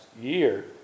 year